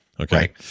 okay